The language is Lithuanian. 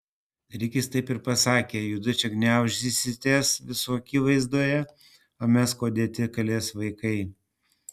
rikis taip ir pasakė judu čia gniaužysitės visų akivaizdoje o mes kuo dėti kalės vaikai